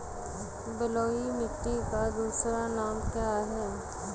बलुई मिट्टी का दूसरा नाम क्या है?